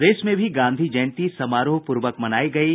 प्रदेश में भी गांधी जयंती समारोह पूर्वक मनायी गयी